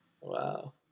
Wow